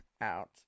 out